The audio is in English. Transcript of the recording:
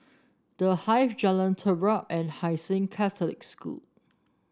The Hive Jalan Terap and Hai Sing Catholic School